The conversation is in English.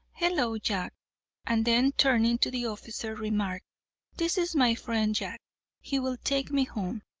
hello jack and then, turning to the officer, remarked this is my friend jack he will take me home.